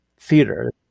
theater